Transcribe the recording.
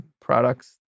products